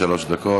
עד שלוש דקות.